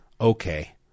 okay